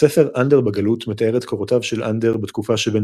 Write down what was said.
הספר "אנדר בגלות" מתאר את קורותיו של אנדר בתקופה שבין